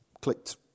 clicked